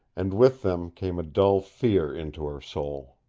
and with them came a dull fear into her soul.